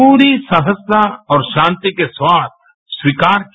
पूरी सहजता और शांति के साथ स्वीकार किया